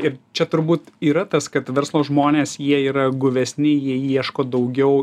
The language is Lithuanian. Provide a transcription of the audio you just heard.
ir čia turbūt yra tas kad verslo žmonės jie yra guvesni jie ieško daugiau